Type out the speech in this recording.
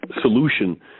solution –